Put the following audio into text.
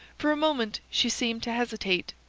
for a moment she seemed to hesitate,